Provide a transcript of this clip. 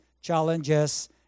challenges